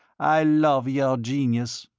i love your genius.